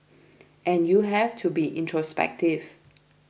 and you have to be introspective